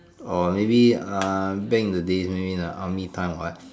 or maybe um the days maybe the army time or what